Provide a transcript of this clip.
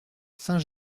saint